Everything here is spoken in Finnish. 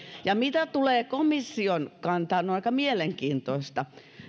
se mitä tulee komission kantaan on on aika mielenkiintoista